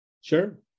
Sure